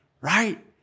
Right